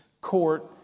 court